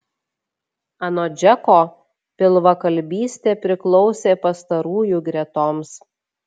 anot džeko pilvakalbystė priklausė pastarųjų gretoms